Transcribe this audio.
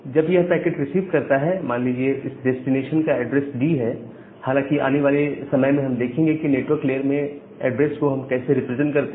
जब यह packet receive करता है मान लीजिए कि इस डेस्टिनेशन का एड्रेस डी है हालांकि आने वाले समय में हम देखेंगे कि नेटवर्क लेयर में एड्रेस को हम कैसे रिप्रेजेंट करते हैं